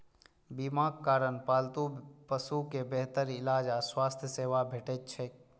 बीमाक कारण पालतू पशु कें बेहतर इलाज आ स्वास्थ्य सेवा भेटैत छैक